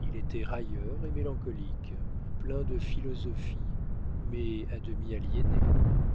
il était railleur et mélancolique plein de mépris de philosophie mais à demi